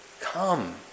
come